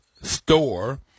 store